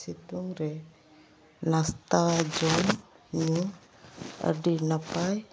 ᱥᱤᱛᱩᱝᱨᱮ ᱱᱟᱥᱛᱟ ᱡᱚᱢᱼᱧᱩ ᱟᱹᱰᱤ ᱱᱟᱯᱟᱭ